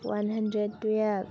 one hundred twelve